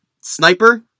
sniper